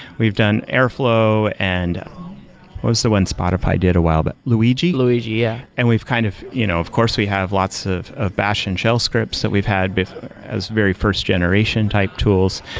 we've done air flow and, what was the one spotify did a while? but luigi? luigi. yeah and kind of you know of course, we have lots of of bash and shell scripts that we've had as very first generation type tools.